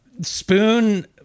Spoon